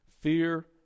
Fear